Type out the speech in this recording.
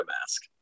mask